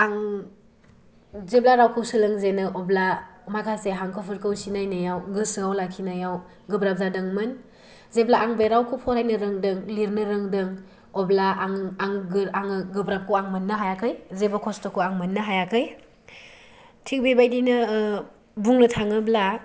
आं जेब्ला रावखौ सोलोंजेनो अब्ला माखासे हांखोफोरखौ सिनायनायाव गोसोआव लाखिनायाव गोब्राब जादोंमोन जेब्ला आं बे रावखौ फरायनो रोंदों लिरनो रोंदों अब्ला आं आङो गोब्राबखौ आं मोननो हायाखौ जेबो खस्थ'खौ आं मोननो हायाखै थिग बेबायदिनो बुंनो थाङोब्ला